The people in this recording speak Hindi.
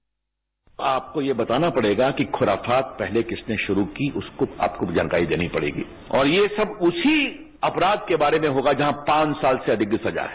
बाइट आपको ये बताना पड़ेगा कि खुराफात पहले किसने शुरू की उसको आपको जानकारी देनी पड़ेगी और ये सब उसी अपराध के बारे में होगा जहां पांच साल से अधिक की सजा है